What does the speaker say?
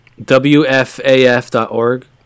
WFAF.org